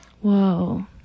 Whoa